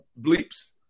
bleeps